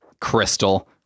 Crystal